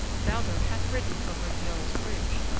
baldur hath ridden over gyoll's bridge,